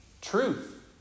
truth